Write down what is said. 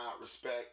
respect